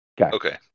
Okay